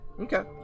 okay